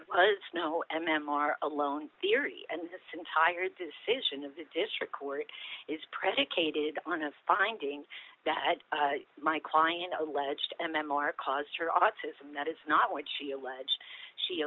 snow m m r alone theory and this entire decision of the district court is predicated on of finding that my client alleged m m r caused her autism that is not what she alleged she